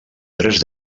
tres